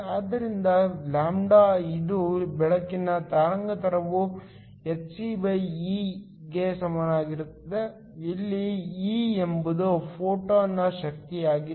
ಆದ್ದರಿಂದ λ ಇದು ಬೆಳಕಿನ ತರಂಗಾಂತರವು hcE ಗೆ ಸಮಾನವಾಗಿರುತ್ತದೆ ಇಲ್ಲಿ E ಎಂಬುದು ಫೋಟಾನ್ನ ಶಕ್ತಿಯಾಗಿದೆ